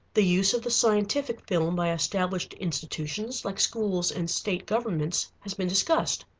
the use of the scientific film by established institutions like schools and state governments has been discussed.